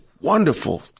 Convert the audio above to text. wonderful